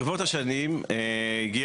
סתם בשביל הספורט.